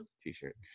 t-shirt